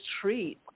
treat